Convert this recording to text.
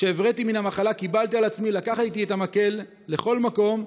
כשהבראתי מן המחלה קיבלתי על עצמי לקחת איתי את המקל לכל מקום,